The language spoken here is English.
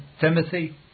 Timothy